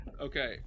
Okay